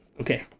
Okay